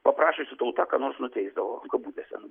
paprašiusi tauta ką nors nuteisdavo kabutėse